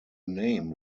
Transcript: name